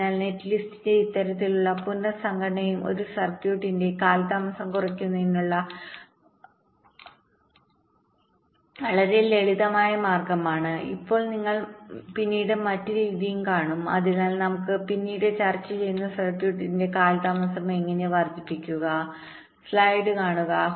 അതിനാൽ നെറ്റ്ലിസ്റ്റിന്റെ ഇത്തരത്തിലുള്ള പുനർ സംഘടനയും ഒരു സർക്യൂട്ടിന്റെ കാലതാമസം കുറയ്ക്കുന്നതിനുള്ള വളരെ ലളിതമായ മാർഗമാണ് ഇപ്പോൾ ഞങ്ങൾ പിന്നീട് മറ്റ് രീതിയും കാണും അതിനാൽ നമുക്ക് പിന്നീട് ചർച്ച ചെയ്യുന്ന സർക്യൂട്ടിന്റെ കാലതാമസം എങ്ങനെ വർദ്ധിപ്പിക്കാം